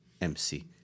mc